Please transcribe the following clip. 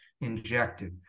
injected